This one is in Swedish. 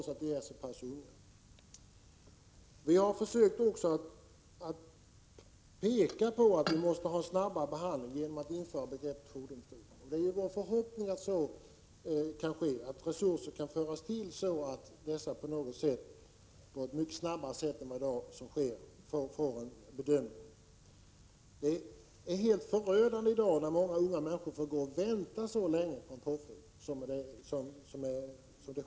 Jag har försökt peka på nödvändigheten av en snabb behandling genom inrättandet av jourdomstolar. Det är vår förhoppning att så kan ske, att resurser tillförs så att bedömningar kan göras mycket snabbare än i dag beträffande dessa förbrytare. Det är helt förödande för många unga människor att behöva vänta så länge.